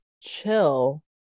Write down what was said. Chill